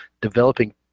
developing